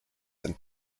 and